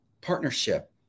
Partnership